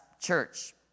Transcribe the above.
church